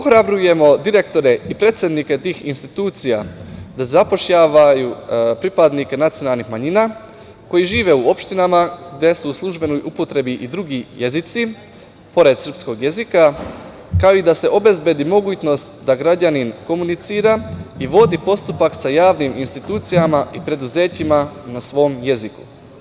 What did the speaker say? Ohrabrujemo direktore i predsednike tih institucija da zapošljavaju pripadnike nacionalnih manjina koji žive u opštinama gde su u službenoj upotrebi drugi jezici pored srpskog jezika, kao i da se obezbedi mogućnost da građanin komunicira i vodi postupak sa javnim institucijama i preduzećima na svom jeziku.